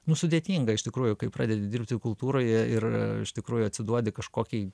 nu sudėtinga iš tikrųjų kai pradedi dirbti kultūroje ir iš tikrųjų atsiduodi kažkokiai